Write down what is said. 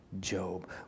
Job